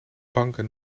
banken